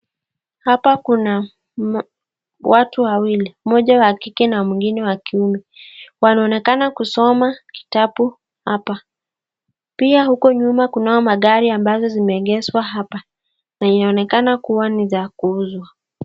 Hapa kuna watu wawili, mmoja wa kike na mwingine wa kiume, wanaonekana kusoma kitabu hapa. Pia huku nyuma kunayo magari ambazo zimeegeshwa hapa na inaonekana kuwa ni za kuuzwa.